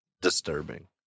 disturbing